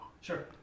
Sure